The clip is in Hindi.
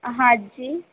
आ हाँ जी